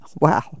Wow